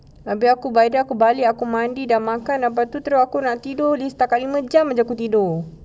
habis aku badan aku balik aku mandi dah makan lepas terus aku nak tidur setakat lima jam baru aku tidur